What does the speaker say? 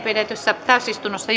pidetyssä täysistunnossa